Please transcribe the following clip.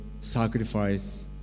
sacrifice